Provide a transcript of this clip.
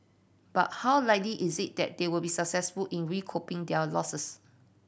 but how likely is it that they will be successful in recouping their losses